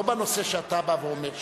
לא בנושא שאתה בא ואומר,